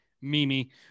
Mimi